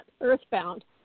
earthbound